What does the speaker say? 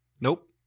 Nope